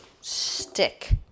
stick